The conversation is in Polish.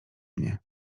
mnie